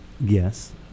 yes